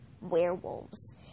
werewolves